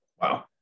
Wow